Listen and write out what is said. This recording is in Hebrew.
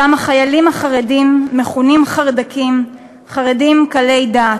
שם החיילים החרדים מכונים חרד"קים, חרדים קלי דעת.